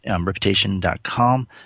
Reputation.com